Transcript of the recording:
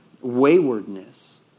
waywardness